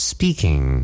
Speaking